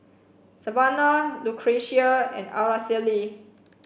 Savanna Lucretia and Aracely